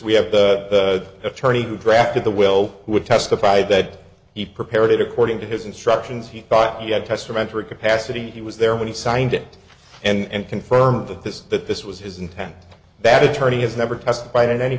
we have attorney who drafted the will will testify that he prepared it according to his instructions he thought he had testamentary capacity he was there when he signed it and confirmed that this that this was his intent that attorney has never testified in any